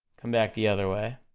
come back the other way,